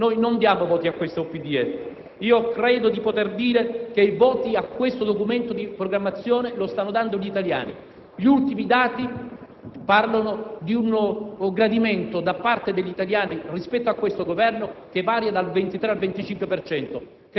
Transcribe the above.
Noi non diamo voti a questo DPEF. Credo di poter dire che i voti a questo Documento di programmazione li stanno dando gli italiani. Gli ultimi dati parlano di un gradimento da parte degli italiani rispetto a questo Governo che va dal 23 al 25